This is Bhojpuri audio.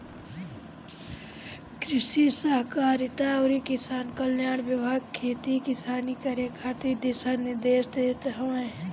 कृषि सहकारिता अउरी किसान कल्याण विभाग खेती किसानी करे खातिर दिशा निर्देश देत हवे